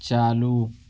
چالو